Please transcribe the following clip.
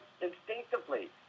instinctively